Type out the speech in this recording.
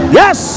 yes